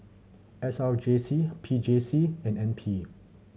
S R J C P J C and N P